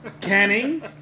Canning